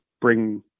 bring